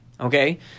Okay